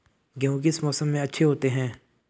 गेहूँ किस मौसम में अच्छे होते हैं?